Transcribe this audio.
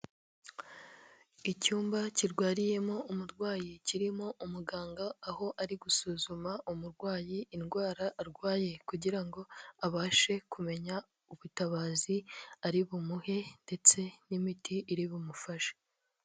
Icyumba kirwariyemo umurwayi kirimo umuganga aho ari gusuzuma umurwayi indwara arwaye, kugira ngo abashe kumenya ubutabazi ari bumuhe ndetse n'imiti iri bumufashe.